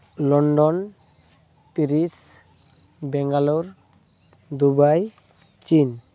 London Paris Bangalore Dubai ᱪᱤᱱ